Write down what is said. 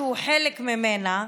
שהוא חלק ממנה,